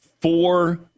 four